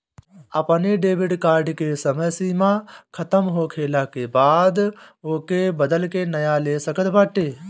अपनी debit card के समय सीमा खतम होखला के बाद ओके बदल के नया ले सकत बाटअ